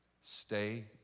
Stay